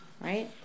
right